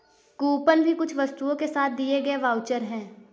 coupon भी कुछ वस्तुओं के साथ दिए गए वाउचर है